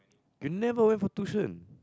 you never went for tuition